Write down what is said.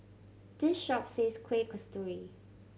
this shop sells Kuih Kasturi